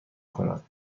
کنم